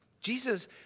Jesus